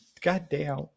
Goddamn